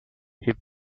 hip